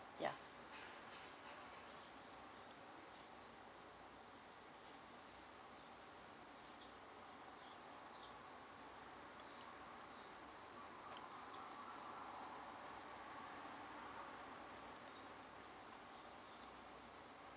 ya